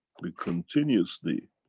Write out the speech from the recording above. we continuously